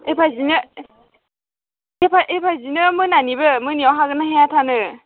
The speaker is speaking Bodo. एफाजिनो एफा एफाजिनो मोनानिबो मोनायाव हागोन्ना हाया थानो